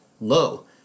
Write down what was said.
low